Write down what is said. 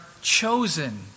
chosen